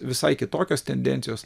visai kitokios tendencijos